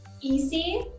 easy